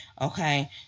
Okay